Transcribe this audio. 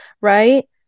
right